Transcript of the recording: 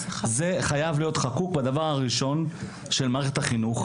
זה חייב להיות חקוק בדבר הראשון של מערכת החינוך.